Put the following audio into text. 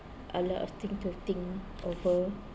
a lot of thing to think over